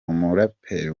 umuraperi